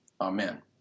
Amen